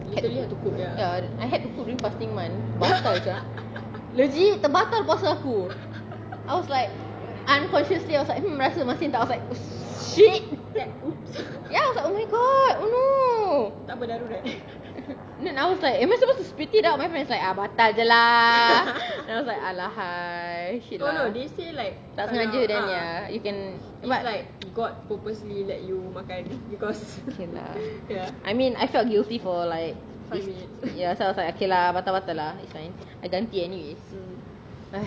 had to cook ya I had to put during fasting month batal sia legit terbatal puasa aku I was like unconsciously I was like hmm rasa masin tak shit ya I was like ya oh my god oh no then I was like am I supposed to spit it out my friends was like ah batal jer lah then I was like alahai shit lah tak sengaja then ya you can okay lah I mean I felt guilty for like I was like okay lah batal batal lah it's fine I ganti anyways